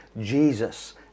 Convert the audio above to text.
Jesus